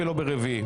ולא ברביעי,